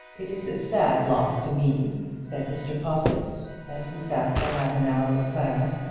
it is a sad loss to me, said mr. possitt, as he sat for half an hour with clara,